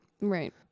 Right